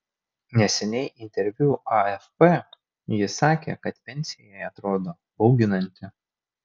neseniai interviu afp ji sakė kad pensija jai atrodo bauginanti